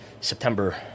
September